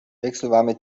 wechselwarme